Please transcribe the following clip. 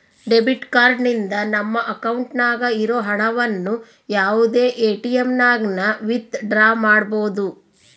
debit card ನಿಂದ ನಮ್ಮ ಅಕೌಂಟ್ನಾಗ ಇರೋ ಹಣವನ್ನು ಯಾವುದೇ ಎಟಿಎಮ್ನಾಗನ ವಿತ್ ಡ್ರಾ ಮಾಡ್ಬೋದು